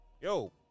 yo